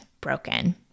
broken